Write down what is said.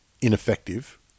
ineffective